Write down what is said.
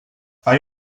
hay